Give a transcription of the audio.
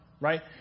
Right